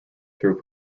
through